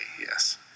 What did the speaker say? yes